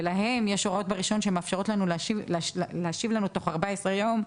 ולהם יש הוראות ברשיון שמאפשרות להשיב לנו תוך 14 יום,